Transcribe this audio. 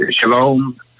Shalom